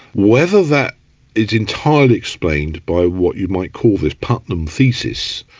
whether that is entirely explained by what you might call the putnam thesis,